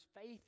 faith